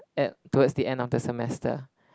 at towards the end of the semester